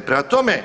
Prema tome,